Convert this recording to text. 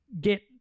get